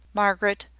margaret,